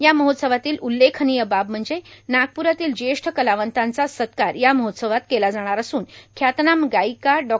या महोत्सवातील उल्लेखनीय बाब म्हणजे नागप्रातील ज्येष्ठ कलावंतांचा सत्कार या महोत्सवात केला जाणार असन ख्यातनाम गायिका डॉ